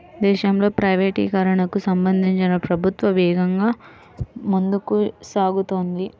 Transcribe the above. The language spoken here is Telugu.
దేశంలో ప్రైవేటీకరణకు సంబంధించి ప్రభుత్వం వేగంగా ముందుకు సాగుతోంది